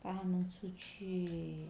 带他们出去